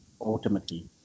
ultimately